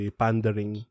pandering